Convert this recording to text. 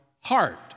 heart